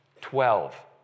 Twelve